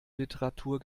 literatur